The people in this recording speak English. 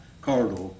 corridor